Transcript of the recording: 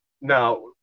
now